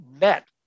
MET